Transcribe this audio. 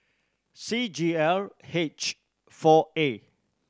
C G L H four A